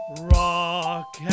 rock